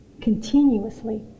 continuously